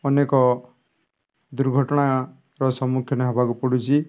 ଅନେକ ଦୁର୍ଘଟଣାର ସମ୍ମୁଖୀନ ହେବାକୁ ପଡ଼ୁଛି